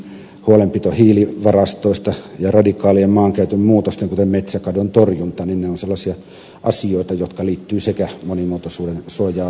huolenpito hiilivarastoista ja radikaalien maankäytön muutosten kuten metsäkadon torjunta ovat sellaisia asioita jotka liittyvät sekä monimuotoisuuden suojaamiseen että ilmastonsuojeluun